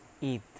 eat